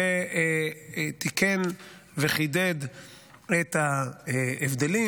ותיקן וחידד את ההבדלים,